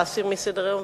להסיר מסדר-היום,